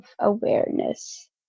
awareness